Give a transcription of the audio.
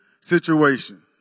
situation